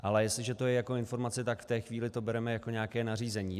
Ale jestliže to je jako informace, tak v té chvíli to bereme jako nějaké nařízení.